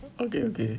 okay okay